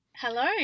Hello